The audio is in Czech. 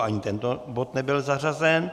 Ani tento bod nebyl zařazen.